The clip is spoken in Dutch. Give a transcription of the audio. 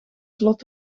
slot